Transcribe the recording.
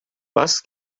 was